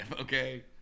okay